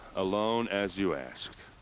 alone, as you asked.